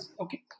Okay